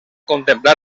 contemplar